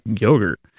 yogurt